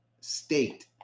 state